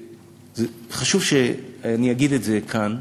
חשוב שאגיד את זה כאן,